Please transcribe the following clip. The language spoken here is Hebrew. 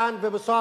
יש גם כאן, ובסוף,